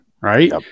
right